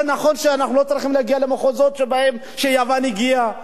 זה נכון שאנחנו לא צריכים להגיע למחוזות שיוון הגיעה אליהם.